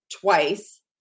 twice